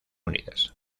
unidas